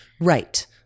Right